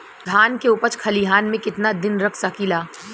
धान के उपज खलिहान मे कितना दिन रख सकि ला?